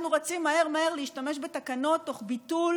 אנחנו רצים מהר מהר להשתמש בתקנות תוך ביטול